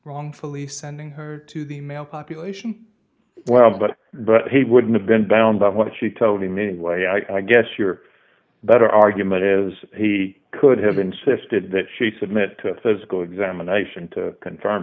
wrongfully sending her to the male population well but but he wouldn't event down by what she told him anyway i guess you're better argument is he could have insisted that she submit to a physical examination to confirm